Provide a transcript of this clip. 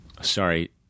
sorry